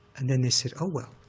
and then they said, oh well,